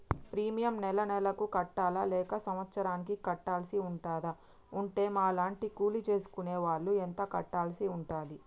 Premium నెల నెలకు కట్టాలా లేక సంవత్సరానికి కట్టాల్సి ఉంటదా? ఉంటే మా లాంటి కూలి చేసుకునే వాళ్లు ఎంత కట్టాల్సి ఉంటది?